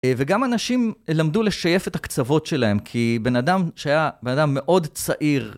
וגם אנשים למדו לשייף את הקצוות שלהם, כי בן אדם שהיה בן אדם מאוד צעיר...